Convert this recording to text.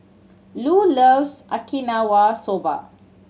Lu loves Okinawa Soba